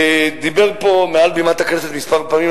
דיבר פה מעל בימת הכנסת כמה פעמים,